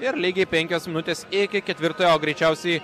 ir lygiai penkios minutės iki ketvirtojo o greičiausiai